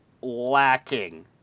lacking